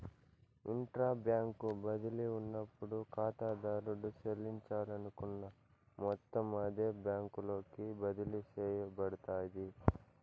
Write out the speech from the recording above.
intra bank బదిలీ ఉన్నప్పుడు కాతాదారుడు సెల్లించాలనుకున్న మొత్తం అదే బ్యాంకులోకి బదిలీ సేయబడతాది